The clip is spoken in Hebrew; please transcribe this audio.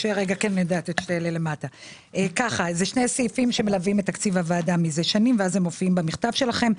אלה שני סעיפים שמלווים את תקציב הוועדה מזה שנים ומופיעים במכתב שלכם.